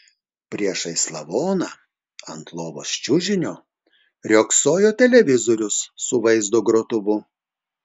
priešais lavoną ant lovos čiužinio riogsojo televizorius su vaizdo grotuvu